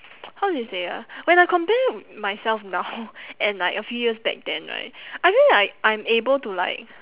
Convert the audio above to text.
how do you say ah when I compare myself now and like a few years back then right I feel like I I'm able to like